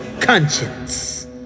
conscience